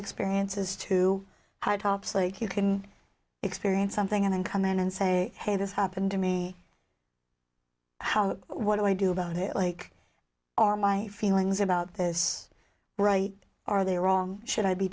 experiences to high tops like you can experience something and then come in and say hey this happened to me what i do about it like are my feelings about this right are they wrong should i be